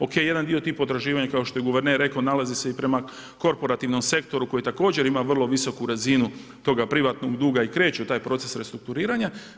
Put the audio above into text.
OK, jedan dio tih potraživanja, kao što je guverner rekao, nalazi se i prema korporativnom sektoru, koji također ima vrlo visoku razinu, toga privatnog duga i kreću u taj proces restrukturiranja.